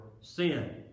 sin